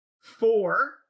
four